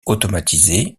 automatisé